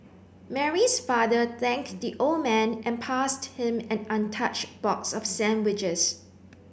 Mary's father thanked the old man and passed him an untouched box of sandwiches